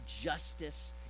justice